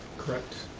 correct.